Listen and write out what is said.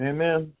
Amen